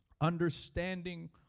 understanding